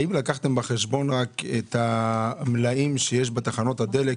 האם לקחתם בחשבון את המלאים שיש בתחנות הדלק,